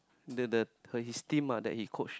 the the her his team ah that he coached